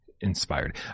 Inspired